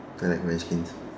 I like my skin